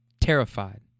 Terrified